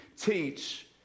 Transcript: teach